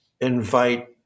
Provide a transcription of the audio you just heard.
invite